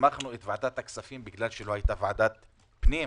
והסמכנו את ועדת הכספים כי לא היה ועדת פנים,